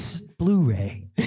Blu-ray